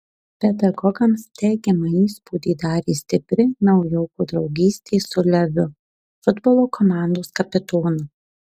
pedagogams teigiamą įspūdį darė stipri naujoko draugystė su leviu futbolo komandos kapitonu